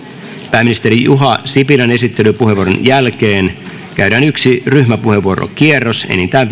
pääministeri juha sipilän esittelypuheenvuoron jälkeen käydään yksi ryhmäpuheenvuorokierros enintään